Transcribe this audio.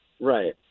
Right